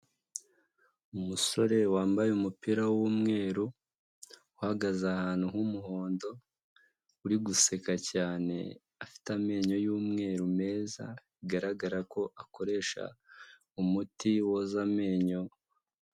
Umusore wambaye umupira w'umweru, uhagaze ahantu h'umuhondo, uri guseka cyane afite amenyo y'umweru meza, bigaragara ko akoresha umuti woza amenyo.